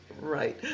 right